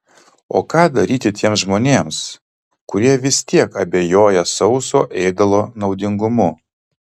o ką daryti tiems žmonėms kurie vis tiek abejoja sauso ėdalo naudingumu